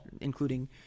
including